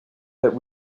that